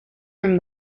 from